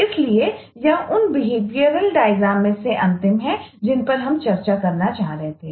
इसलिए यह उन बिहेवियरल डायग्राम में से अंतिम है जिन पर हम चर्चा करना चाहते थे